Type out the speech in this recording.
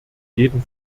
jeden